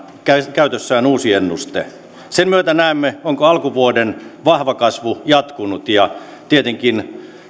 käytössään uusi ennuste sen myötä näemme onko alkuvuoden vahva kasvu jatkunut ja tietenkin